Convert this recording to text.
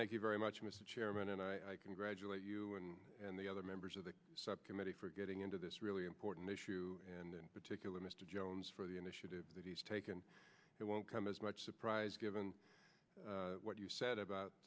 thank you very much mr chairman and i congratulate you and the other members of the subcommittee for getting into this really important issue and particular mr jones for the initiative that he's taken it won't come as much surprise given what you said about